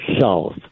South